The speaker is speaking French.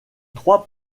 trois